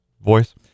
voice